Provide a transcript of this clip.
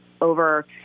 over